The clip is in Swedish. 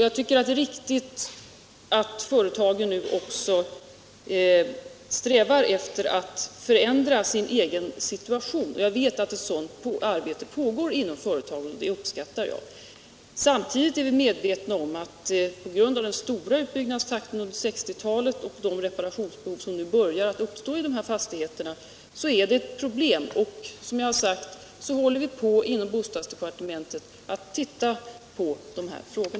Jag tycker också det är riktigt att företagen nu strävar efter att förändra sin egen situation. Jag vet att ett sådant arbete pågår inom företagen, och det uppskattar jag. Samtidigt är vi medvetna om att på grund av den stora utbyggnadstakten under 1960-talet och de reparationsbehov som börjar uppstå i de allmännyttiga bolagens fastigheter är ett problem. Som jag har sagt håller vi inom bostadsdepartementet på att undersöka dessa frågor.